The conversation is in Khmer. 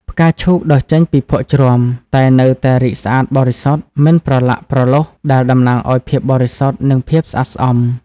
ផ្កាឈូកដុះចេញពីភក់ជ្រាំតែនៅតែរីកស្អាតបរិសុទ្ធ មិនប្រឡាក់ប្រឡូស ដែលតំណាងឱ្យភាពបរិសុទ្ធ និងភាពស្អាតស្អំ ។